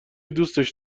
دوستش